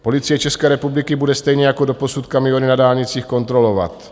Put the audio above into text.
Policie České republiky bude stejně jako doposud kamiony na dálnicích kontrolovat.